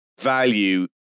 value